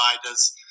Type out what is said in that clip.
providers